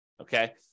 okay